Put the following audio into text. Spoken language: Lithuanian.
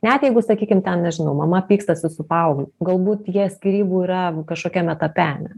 net jeigu sakykim ten nežinau mama pykstasi su paaugliu galbūt jie skyrybų yra kažkokiam etape